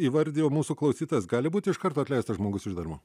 įvardijo mūsų klausytojas gali būti iš karto atleistas žmogus iš darbo